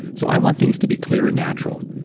so, i want things to be clear and natural,